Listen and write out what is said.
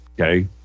okay